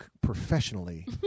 professionally